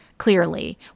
Clearly